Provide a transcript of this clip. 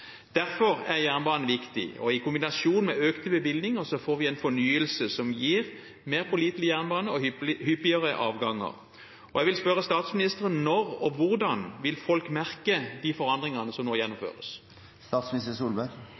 Derfor er jernbanen viktig, og i kombinasjon med økte bevilgninger får vi en fornyelse som gir mer pålitelig jernbane og hyppigere avganger. Jeg vil spørre statsministeren om når og hvordan folk vil merke de forandringene som nå